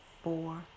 Four